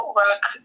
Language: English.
work